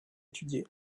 étudié